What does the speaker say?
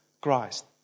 Christ